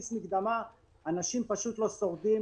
אנשים פשוט לא שורדים.